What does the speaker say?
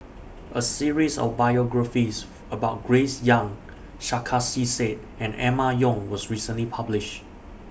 A series of biographies about Grace Young Sarkasi Said and Emma Yong was recently published